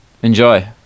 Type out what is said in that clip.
Enjoy